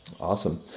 Awesome